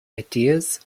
ideas